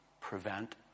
prevent